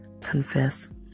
confess